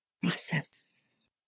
process